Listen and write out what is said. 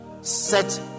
Set